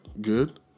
good